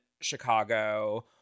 Chicago